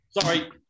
Sorry